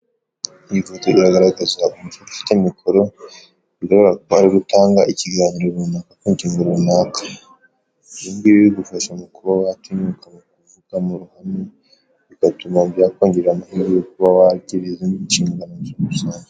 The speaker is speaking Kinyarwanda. Iyi foto iragaragaza umusore ufite amikoro bigaragara ko ari gutanga ikiganiro runaka ku ngingo runaka. Ibingibi bigufasha mu kuba watinyuka mu kuvuga mu ruhame, bigatuma byakongerera amahirwe yo kuba wagira izindi nshingano muri rusange.